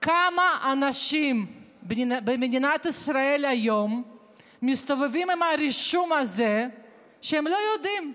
כמה אנשים במדינת ישראל היום מסתובבים עם הרישום הזה כשהם לא יודעים,